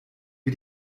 wir